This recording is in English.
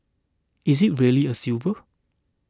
is it really a silver